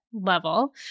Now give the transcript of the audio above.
level